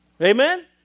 Amen